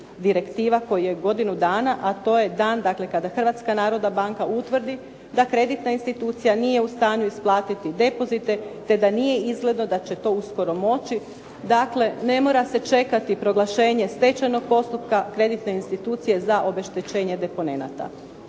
direktiva koji je godinu dana, a to je dan kada Hrvatska narodna banka utvrdi da kreditna institucija nije u stanju isplatiti depozite, te da nije izgledno da će to uskoro moći. Dakle, ne mora se čekati proglašenje stečajnog postupka kreditne institucije za obeštećenje deponenata.